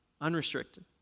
Unrestricted